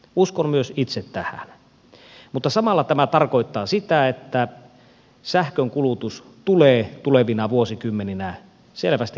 uskon myös itse tähän mutta samalla tämä tarkoittaa sitä että sähkönkulutus tulee tulevina vuosikymmeninä selvästi lisääntymään